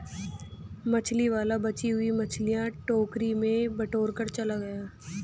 मछली वाला बची हुई मछलियां टोकरी में बटोरकर चला गया